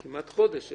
כמעט חודש שאפשר.